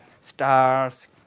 stars